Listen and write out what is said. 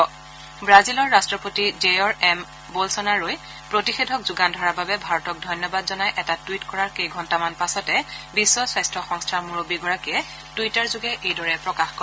ৱাজিলৰ ৰাট্টপতি Jair M Bolsonaro প্ৰতিষেধক যোগান ধৰাৰ বাবে ভাৰতক ধন্যবাদ জনাই এটা টুইট কৰাৰ কেইঘণ্টামান পাছতে বিখ্ব স্বাস্থ্য সংস্থাৰ মুৰববীগৰাকীয়ে টুইটাৰযোগে এইদৰে প্ৰকাশ কৰে